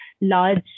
large